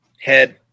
Head